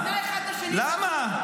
סתם לשסע ולגרום לשנאה.